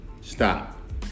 Stop